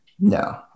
No